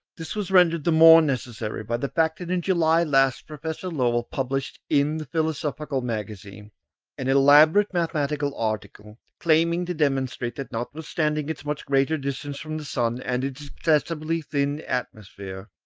this was rendered the more necessary by the fact that in july last professor lowell published in the philosophical magazine an elaborate mathematical article claiming to demonstrate that, notwithstanding its much greater distance from the sun and its excessively thin atmosphere,